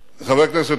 חבר הכנסת אורבך,